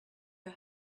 her